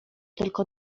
tylko